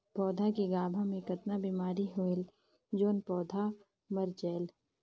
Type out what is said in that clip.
पौधा के गाभा मै कतना बिमारी होयल जोन पौधा मर जायेल?